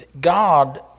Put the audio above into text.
God